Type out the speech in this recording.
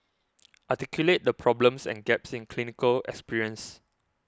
articulate the problems and gaps in clinical experience